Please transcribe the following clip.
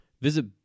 Visit